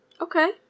Okay